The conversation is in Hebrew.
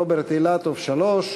רוברט אילטוב עם שלוש,